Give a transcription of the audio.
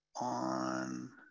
on